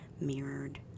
mirrored